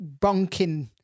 bonking